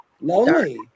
lonely